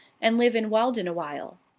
an' live in walden, awhile?